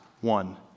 one